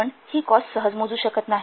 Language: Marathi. आपण हि कॉस्ट सहज मोजू शकत नाही